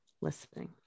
listening